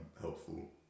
helpful